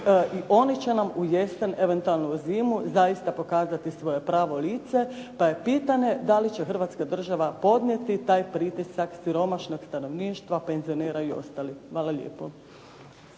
i oni će nam u jesen, eventualno u zimu zaista pokazati svoje pravo lice, pa je pitanje da li će hrvatska država podnijeti taj pritisak siromašnog stanovništva, penzionera i ostalih. Hvala lijepo.